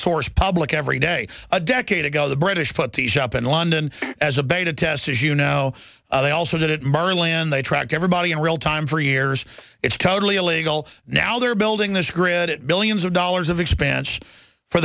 source public every day a decade ago the british put the shop in london as a beta test as you know they also did it marlin they tracked everybody in real time for years it's totally illegal now they're building this grid at billions of dollars of expansion for